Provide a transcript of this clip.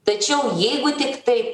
tačiau jeigu tik tai